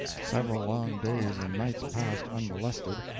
several long days and nights passed unmolested,